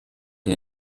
den